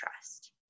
trust